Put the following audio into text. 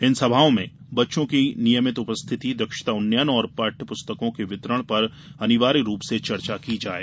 इन सभाओं में बच्चों की नियमित उपस्थिति दक्षता उन्नयन और पाठ्य पुस्तकों के वितरण पर अनिवार्य रूप से चर्चा की जाये